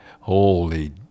Holy